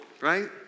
Right